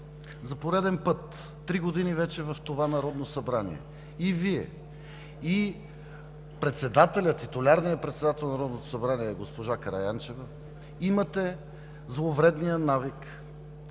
за пореден път – 3 години вече в това Народно събрание, и Вие, и титулярният председател на Народното събрание госпожа Караянчева имате зловредния навик